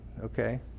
okay